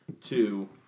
two